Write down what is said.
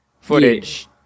footage